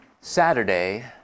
Saturday